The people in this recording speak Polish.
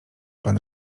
pan